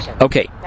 Okay